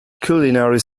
culinary